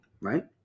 Right